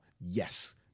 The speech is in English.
Yes